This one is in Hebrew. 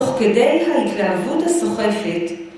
תוך כדי ההתלהבות הסוחפת.